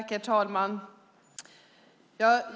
Herr talman!